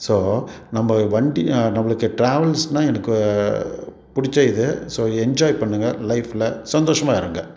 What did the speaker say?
so நம்ப வண்டி நம்பளுக்கு ட்ராவல்ஸ்னால் எனக்கு பிடிச்ச இது ஸோ என்ஜாய் பண்ணுங்க லைஃபில் சந்தோஷமாக இருங்க